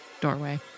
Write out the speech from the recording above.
doorway